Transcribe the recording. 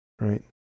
right